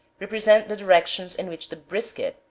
represent the directions in which the brisket,